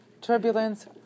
turbulence